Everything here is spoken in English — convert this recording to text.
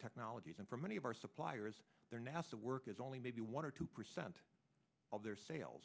technologies and for many of our suppliers their nasa work is only maybe one or two percent of their sales